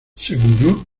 seguro